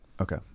Okay